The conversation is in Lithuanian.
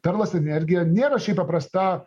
perlas energija nėra šiaip paprasta